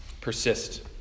Persist